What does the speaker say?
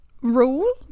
rule